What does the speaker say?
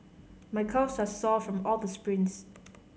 my calves are sore from all the sprints